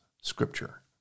scripture